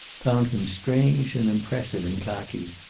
found him strange and impressive in khaki.